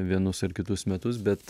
vienus ar kitus metus bet